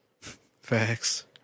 Facts